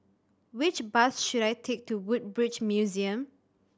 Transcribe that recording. which bus should I take to Woodbridge Museum